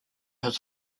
his